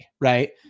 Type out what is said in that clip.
Right